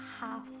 half